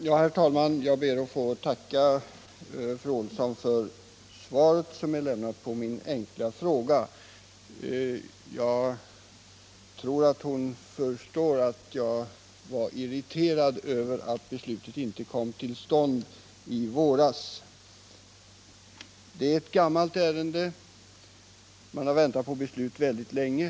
Nr 7 Herr talman! Jag ber att få tacka statsrådet Elvy Olsson för svaret Torsdagen den på min fråga. Jag tror att hon förstår att jag var irriterad över att beslutet — 13 oktober 1977 inte kom till stånd i våras. — Ärendet är gammalt, man har väntat på beslut väldigt länge.